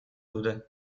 dute